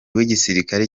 w’igisirikare